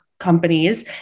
companies